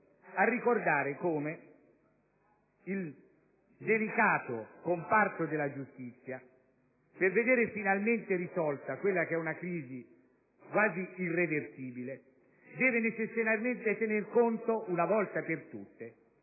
a ricordare che il delicato comparto della giustizia, per vedere finalmente risolta una crisi ormai quasi irreversibile, deve necessariamente tener conto, una volta per tutte,